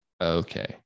Okay